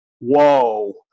Whoa